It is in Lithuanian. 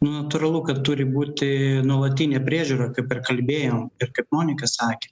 natūralu kad turi būti nuolatinė priežiūra kaip ir kalbėjom ir kaip monika sakė